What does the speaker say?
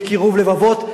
לקירוב לבבות.